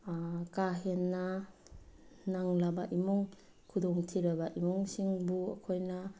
ꯀꯥ ꯍꯦꯟꯅ ꯅꯪꯂꯕ ꯏꯃꯨꯡ ꯈꯨꯗꯣꯡ ꯊꯤꯔꯕ ꯏꯃꯨꯡꯁꯤꯡꯕꯨ ꯑꯩꯈꯣꯏꯅ